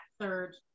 Third